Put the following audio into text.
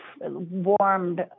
warmed